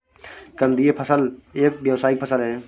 कंदीय फसल एक व्यावसायिक फसल है